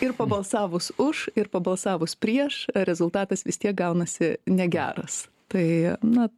ir pabalsavus už ir pabalsavus prieš rezultatas vis tiek gaunasi negeras tai na